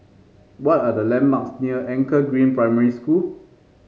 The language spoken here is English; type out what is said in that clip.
what are the landmarks near Anchor Green Primary School